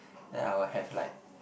then I will have like